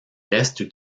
restent